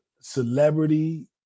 celebrity